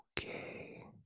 Okay